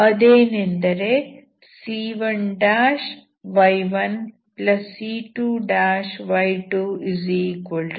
ಅದೇನೆಂದರೆ c1y1c2y20 eq